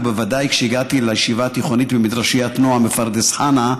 ובוודאי כשהגעתי לישיבה התיכונית במדרשיית נועם בפרדס חנה,